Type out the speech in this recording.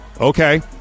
Okay